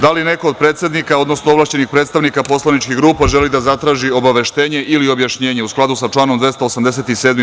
Da li neko od predsednika, odnosno ovlašćenih predstavnika poslaničkih grupa želi da zatraži obaveštenje ili objašnjenje u skladu sa članom 287.